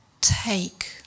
Take